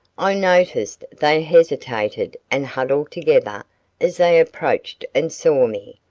i noticed they hesitated and huddled together as they approached and saw me,